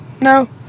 no